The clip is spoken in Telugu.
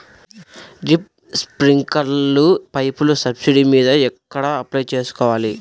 డ్రిప్, స్ప్రింకర్లు పైపులు సబ్సిడీ మీద ఎక్కడ అప్లై చేసుకోవాలి?